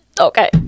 Okay